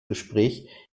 gespräch